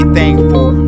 thankful